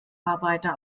arbeiter